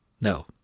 No